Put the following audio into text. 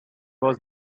was